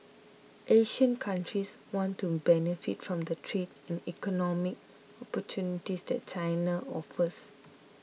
Asian countries want to benefit from the trade and economic opportunities that China offers